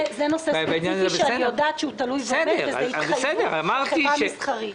זה נושא ספציפי שאני יודעת שתלוי ועומד וזה התחייבות של חברה מסחרית.